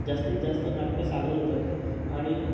जास्तीत जास्त नाटकं सादर होत आहेत आणि